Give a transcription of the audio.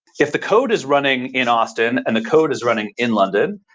if the code is running in austin and the code is running in london,